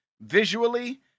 Visually